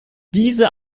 diese